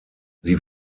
sie